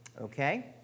Okay